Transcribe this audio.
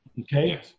Okay